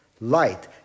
light